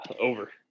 Over